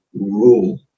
rule